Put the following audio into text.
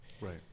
right